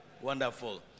Wonderful